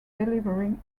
delivering